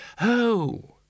Oh